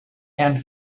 and